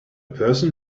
person